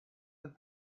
have